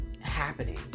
happening